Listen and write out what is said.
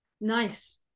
nice